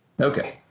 Okay